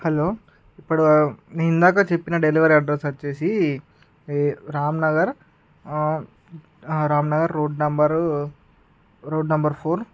hello ఇప్పుడు నేను ఇందాక చెప్పిన డెలివరీ అడ్రస్ వచ్చేసి Ram Nagar Ram Nagar road number road number four